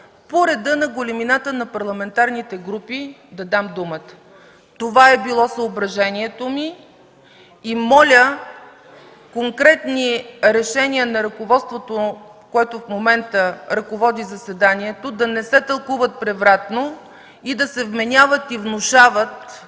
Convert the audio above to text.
по реда на големината на парламентарните им групи да дам думата. Това е било съображението ми. Моля конкретни решения на ръководството, което в момента ръководи заседанието, да не се тълкуват превратно и да се вменяват и внушават,